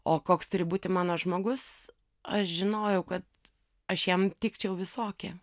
o koks turi būti mano žmogus aš žinojau kad aš jam tikčiau visokie